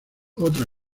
otra